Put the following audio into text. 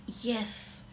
Yes